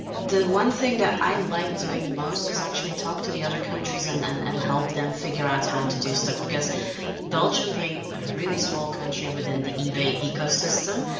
the one thing that i liked doing most was actually talk to the other countries and and and help them figure out how to do stuff. belgium being a really small country within the ebay ecosystem,